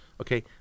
Okay